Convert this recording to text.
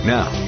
Now